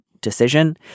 decision